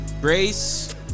Grace